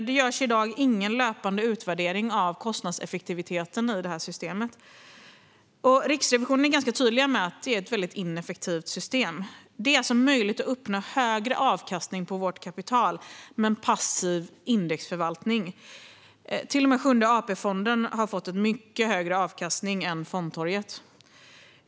Det görs i dag ingen löpande utvärdering av kostnadseffektiviteten i systemet. Riksrevisionen är ganska tydlig med att det är ett väldigt ineffektivt system. Det är alltså möjligt att uppnå högre avkastning på vårt kapital med en passiv indexförvaltning. Till och med Sjunde AP-fonden har fått en mycket högre avkastning än fondtorget.